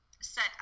set